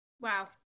Wow